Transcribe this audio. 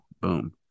boom